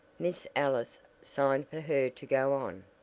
miss ellis signed for her to go on.